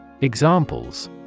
Examples